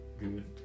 good